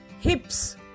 Hips